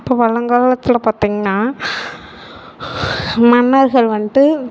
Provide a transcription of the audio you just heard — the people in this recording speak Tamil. இப்போ பழங்காலத்துல பார்த்தீங்கன்னா மன்னர்கள் வந்துட்டு